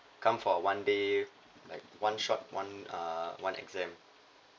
come for one day like one shot one uh one exam